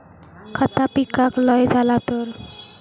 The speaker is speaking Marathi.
खता पिकाक लय झाला तर?